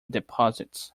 deposits